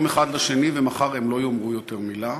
האחד לשני ומחר הם לא יאמרו יותר מילה,